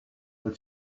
but